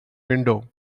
window